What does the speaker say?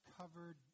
covered